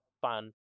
fun